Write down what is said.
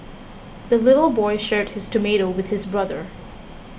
the little boy shared his tomato with his brother